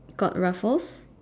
got Raffles